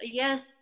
yes